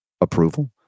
approval